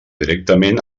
directament